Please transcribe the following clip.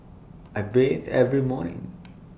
I bathe every morning